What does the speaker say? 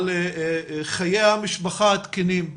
על חיי המשפחה התקינים,